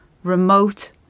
remote